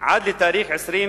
עד לתאריך 27